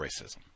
racism